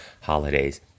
holidays